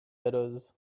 dalloz